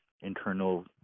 internal